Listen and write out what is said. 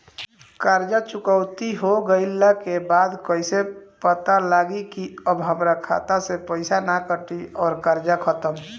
कर्जा चुकौती हो गइला के बाद कइसे पता लागी की अब हमरा खाता से पईसा ना कटी और कर्जा खत्म?